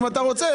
אם אתה רוצה